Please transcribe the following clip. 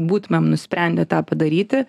būtumėm nusprendę tą padaryti